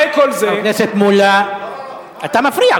אני רוצה, חבר הכנסת מולה, אתה מפריע.